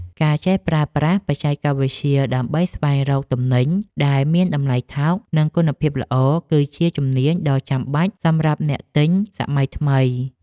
ការចេះប្រើប្រាស់បច្ចេកវិទ្យាដើម្បីស្វែងរកទំនិញដែលមានតម្លៃថោកនិងគុណភាពល្អ គឺជាជំនាញដ៏ចាំបាច់សម្រាប់អ្នកទិញសម័យថ្មី។